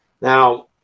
now